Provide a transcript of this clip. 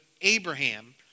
Abraham